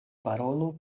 parolu